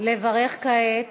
לברך כעת